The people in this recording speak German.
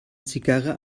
zigarre